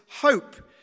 hope